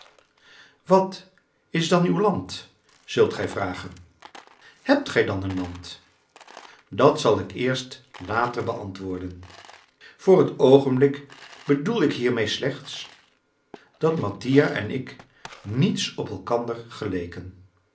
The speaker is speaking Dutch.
wat is dan uw land zult gij vragen hebt gij dan een land dat zal ik eerst later beantwoorden voor het oogenblik bedoel ik hiermede slechts dat mattia en ik niets op elkander geleken